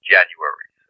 January